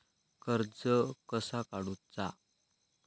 कर्ज कसा काडूचा?